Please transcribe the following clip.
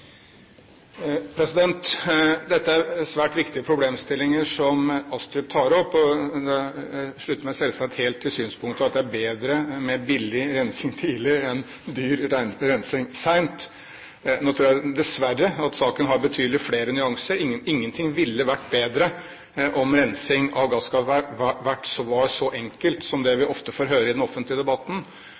er svært viktige problemstillinger som Astrup tar opp. Jeg slutter meg selvsagt helt til synspunktet om at det er bedre med billig rensing tidlig enn dyr rensing sent. Nå tror jeg, dessverre, at saken har betydelig flere nyanser. Ingenting ville vært bedre enn at rensing av gasskraftverk var så enkelt som det vi ofte får høre i den offentlige debatten.